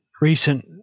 recent